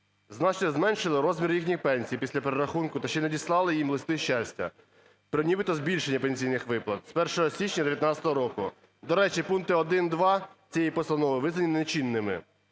Значно зменшено розмір їхніх пенсій після перерахунку та ще надіслали їм "листи щастя" про нібито збільшення пенсійних виплат з 1 січня 19-го року. До речі, пункти 1, 2 цієї постанови визначні нечинними.